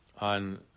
on